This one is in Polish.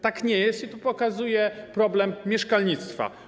Tak nie jest i to pokazuje problem mieszkalnictwa.